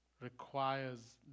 requires